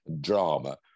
drama